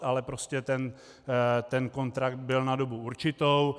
Ale prostě ten kontrakt byl na dobu určitou.